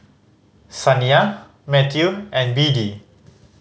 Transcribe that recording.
Saniyah Mathew and Beadie